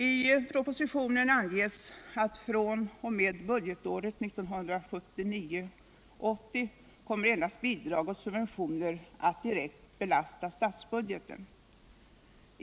I propositionen anges att fr.o.m. budgetåret 1979/80 kommer endast bidrag och subventioner att direkt belasta statsbudgeten.